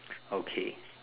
okay